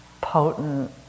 potent